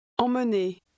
Emmener